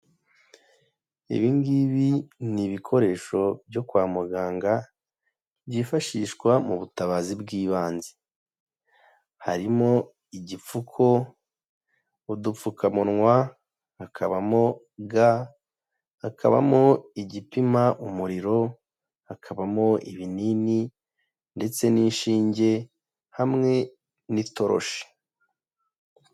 Ibi ngibi ni ibikoresho byo kwa muganga byifashishwa mu butabazi bw'ibanze, harimo igipfuko, udupfukamunwa hakabamo, ga, hakabamo igipima umuriro, hakabamo ibinini ndetse n'inshinge hamwe n'itoroshi.